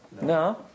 No